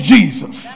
Jesus